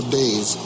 days